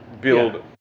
build